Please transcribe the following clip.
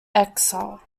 exile